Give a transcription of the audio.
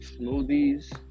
smoothies